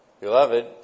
Beloved